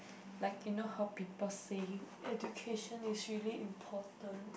like cannot how people say education is really important